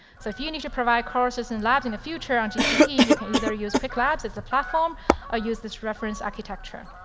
so if you need to provide courses in labs in the future on gcp, you can either use qwiklabs as the platform or use this reference architecture.